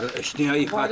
יפעת,